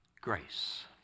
grace